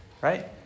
Right